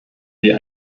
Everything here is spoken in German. wir